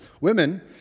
women